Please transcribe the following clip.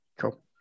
Cool